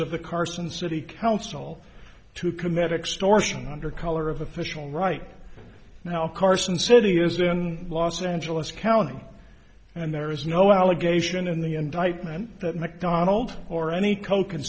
of the carson city council to commit extortion under color of official right now carson city is in los angeles county and there is no allegation in the indictment that macdonald or any co